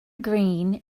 green